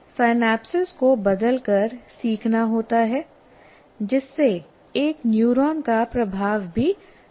synapse को बदलकर सीखना होता है जिससे एक न्यूरॉन का प्रभाव भी बदल जाता है